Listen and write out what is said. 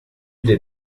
des